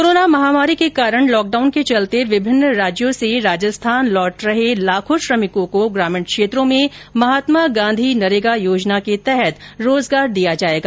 corona महामारी के कारण लॉकडाउन के चलते विभिन्न राज्यों से राजस्थान लौट रहे लाखों श्रमिकों को ग्रामीण क्षेत्रों में मनरेगा योजना के तहत रोजगार दिया जाएगा